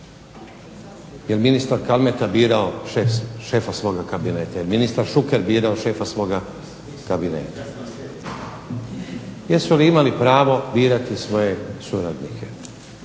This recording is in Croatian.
Je li ministar Kalmeta birao šefa svoga kabineta, je li ministar Šuker birao šefa svoga kabineta? Jesu li imali pravo birati svoje suradnike?